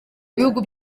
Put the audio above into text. ibihugu